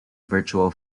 virtual